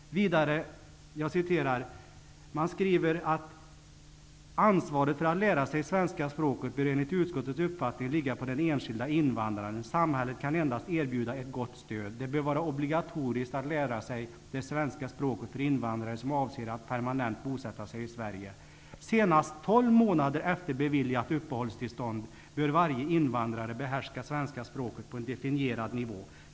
Vidare skriver man: ''Ansvaret för att lära sig svenska språket bör enligt utskottets uppfattning ligga på den enskilda invandraren -- samhället kan endast erbjuda ett gott stöd. Det bör vara obligatoriskt att lära sig det svenska språket för invandrare som avser att permanent bosätta sig i Sverige. Senast tolv månader efter beviljat uppehållstillstånd bör varje invandrare behärska svenska språket på en definierad nivå.